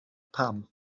pam